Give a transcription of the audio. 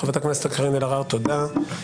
חברת הכנסת קארין אלהרר, תודה.